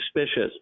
suspicious